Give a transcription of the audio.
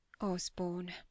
Osborne